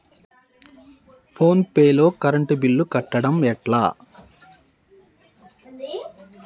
Phone pay లో current bill కట్టడం ఎట్లా?